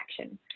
action